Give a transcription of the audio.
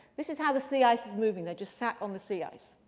this is how the sea ice is moving. they're just sat on the sea ice.